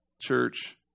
church